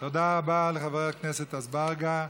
תודה רבה לחבר הכנסת אזברגה.